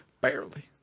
Barely